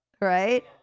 right